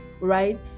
right